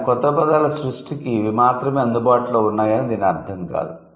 కానీ క్రొత్త పదాల సృష్టికి ఇవి మాత్రమే అందుబాటులో ఉన్నాయని దీని అర్ధం కాదు